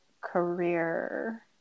career